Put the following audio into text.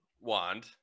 wand